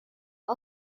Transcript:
are